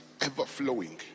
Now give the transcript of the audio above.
ever-flowing